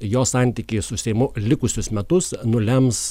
jo santykiai su seimu likusius metus nulems